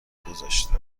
گذاشته